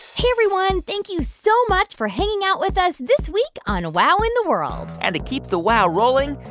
hey, everyone. thank you so much for hanging out with us this week on wow in the world and to keep the wow rolling,